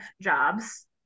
jobs